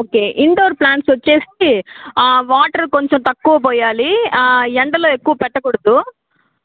okay indoor plants వచ్చేసి water కొంచం తక్కువ పొయ్యాలి ఎండలో ఎక్కువ పెట్టకూడదు